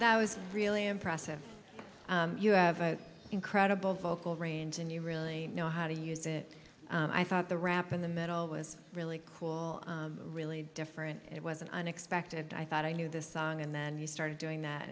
was really impressive you have an incredible vocal range and you really know how to use it i thought the rap in the middle was really cool really different it was an unexpected i thought i knew this song and then you started doing that